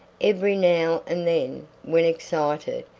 every now and then, when excited,